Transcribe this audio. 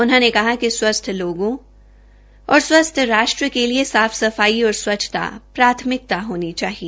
उन्होंने कहा कि स्वस्थ लोगों और स्वस्थ राष्ट्र के लिए साफ सफाई और स्वच्छता प्राथ्मिकता होनी चाहिए